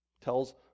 Tells